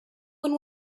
one